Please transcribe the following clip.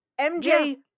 MJ